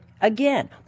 Again